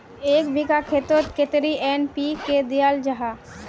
एक बिगहा खेतोत कतेरी एन.पी.के दियाल जहा?